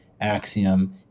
axiom